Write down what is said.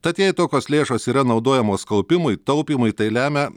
tad jei tokios lėšos yra naudojamos kaupimui taupymui tai lemia